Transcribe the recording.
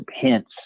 hints